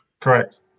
Correct